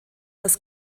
das